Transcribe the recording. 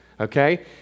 okay